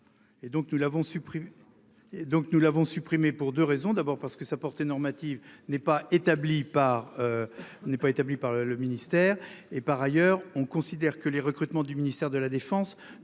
Et donc nous l'avons supprimée pour 2 raisons, d'abord parce que sa portée normative n'est pas établi par. N'est pas établie par le ministère et par ailleurs on considère que les recrutements du ministère de la Défense